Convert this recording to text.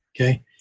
Okay